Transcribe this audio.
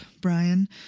Brian